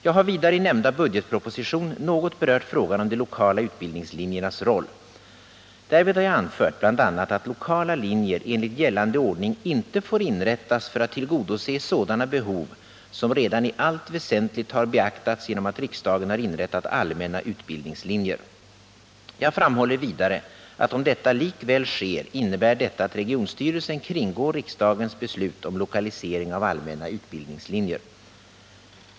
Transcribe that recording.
Jag har vidare i nämnda budgetproposition något berört frågan om de lokala utbildningslinjernas roll. Därvid har jag anfört bl.a. att lokala linjer enligt gällande ordning inte får inrättas för att tillgodose sådana behov som redan i allt väsentligt har beaktats genom att riksdagen har inrättat allmänna utbildningslinjer. Jag framhåller vidare att om detta likväl sker innebär detta att regionstyrelsen kringgår riksdagens beslut om lokalisering av allmänna utbildningslinjer.